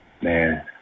Man